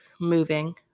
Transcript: moving